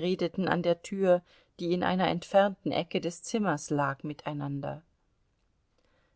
redeten an der tür die in einer entfernten ecke des zimmers lag miteinander